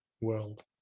world